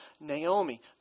Naomi